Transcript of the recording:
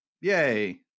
yay